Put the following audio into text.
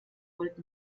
volt